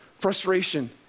frustration